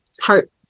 heart